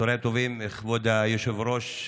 צוהריים טובים, כבוד היושב-ראש.